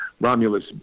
Romulus